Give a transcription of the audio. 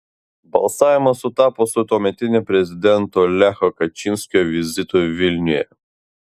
balsavimas sutapo su tuometinio prezidento lecho kačynskio vizitu vilniuje